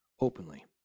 openly